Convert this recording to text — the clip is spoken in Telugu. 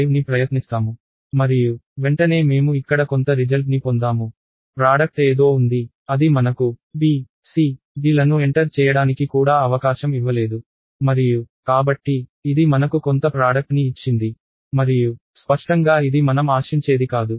5ని ప్రయత్నిస్తాము మరియు వెంటనే మేము ఇక్కడ కొంత రిజల్ట్ ని పొందాము ప్రాడక్ట్ ఏదో ఉంది అది మనకు b c d లను ఎంటర్ చేయడానికి కూడా అవకాశం ఇవ్వలేదు మరియు కాబట్టి ఇది మనకు కొంత ప్రాడక్ట్ ని ఇచ్చింది మరియు స్పష్టంగా ఇది మనం ఆశించేది కాదు